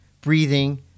breathing